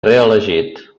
reelegit